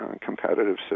competitive